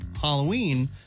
Halloween